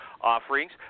offerings